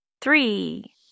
three